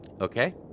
Okay